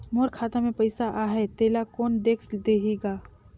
मोर खाता मे पइसा आहाय तेला कोन देख देही गा?